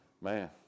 Man